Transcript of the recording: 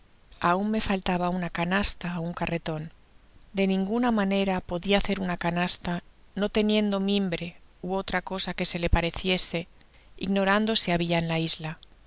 aun me faltaba una canasta ó un carreton de ninguna manera podia hacer una canasta no teniendo mimbre ú otra cosa que se le pareciese ignorando si habia en la isla